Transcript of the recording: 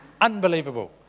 Unbelievable